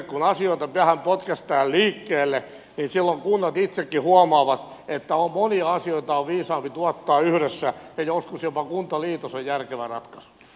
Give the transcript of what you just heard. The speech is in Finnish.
kun asioita vähän potkaistaan liikkeelle silloin kunnat itsekin huomaavat että monia asioita on viisaampi tuottaa yhdessä ja joskus jopa kuntaliitos on järkevä ratkaisu